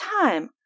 time